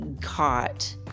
caught